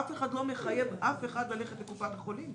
אף אחד לא מחייב ללכת לקופת החולים.